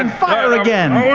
and fire again! yeah